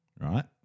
right